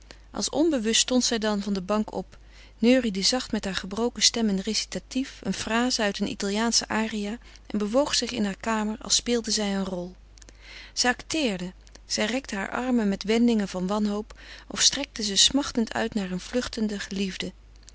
als onbewust stond zij dan van de bank op neuriede zacht met hare gebroken stem een recitatief een fraze uit een italiaansche aria en bewoog zich in hare kamer als speelde zij een rol zij acteerde zij rekte hare armen met wendingen van wanhoop of strekte ze smachtend uit naar een vluchtenden geliefde